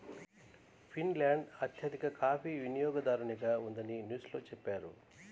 Finland అత్యధిక coffee వినియోగదారుగా ఉందని న్యూస్ లో చెప్పారు